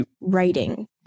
writing